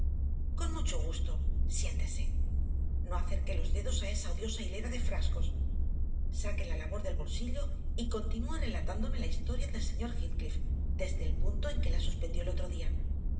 con mucho gusto siéntese no acerque los dedos a esa odiosa hilera de frascos saque la labor del bolsillo y continúe relatándome la historia del señor heathcliff desde el punto en que la suspendió el otro día